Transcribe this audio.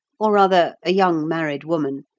or, rather, a young married woman,